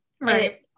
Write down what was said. right